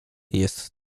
jest